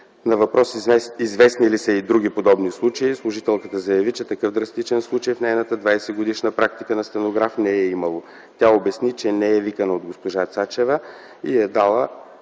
На въпрос известни ли са й други подобни случаи, служителката заяви, че такъв драстичен случай в нейната 20-годишна практика на стенограф не е имало. Тя обясни, че не е викана от госпожа Цачева и й е дала